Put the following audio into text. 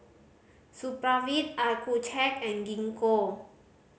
Supravit Accucheck and Gingko